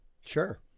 Sure